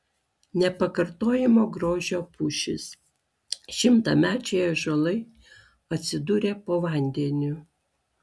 nepakartojamo grožio pušys šimtamečiai ąžuolai atsidūrė po vandeniu